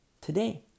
today